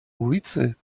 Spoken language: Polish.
ulicy